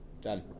Done